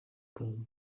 girl